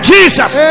Jesus